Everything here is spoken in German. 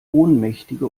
ohnmächtige